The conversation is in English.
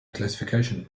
classifications